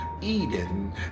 Eden